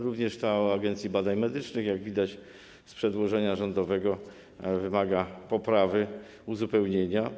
Również ta o Agencji Badań Medycznych, jak widać z przedłożenia rządowego, wymaga poprawy, uzupełnienia.